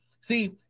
see